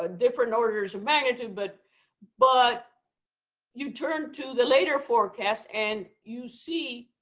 ah different orders of magnitude. but but you turn to the later forecast, and you see